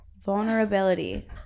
vulnerability